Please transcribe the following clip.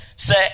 Say